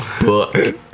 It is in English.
book